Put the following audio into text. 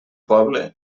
poble